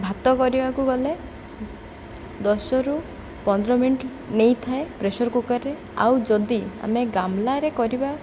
ଭାତ କରିବାକୁ ଗଲେ ଦଶରୁ ପନ୍ଦର ମିନିଟ୍ ନେଇଥାଏ ପ୍ରେସର୍ କୁକର୍ରେ ଆଉ ଯଦି ଆମେ ଗାମ୍ଳାରେ କରିବା